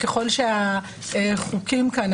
ככל שהחוקים כאן,